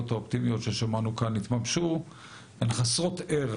האופטימיות ששמענו כאן יתממשו הן חסרות ערך.